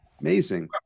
amazing